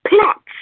plots